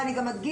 ואני גם אדגיש,